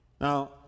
Now